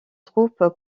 troupe